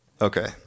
Okay